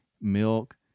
milk